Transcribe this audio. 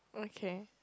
okay